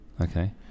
Okay